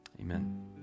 Amen